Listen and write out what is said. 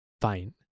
fine